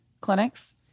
clinics